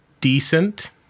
decent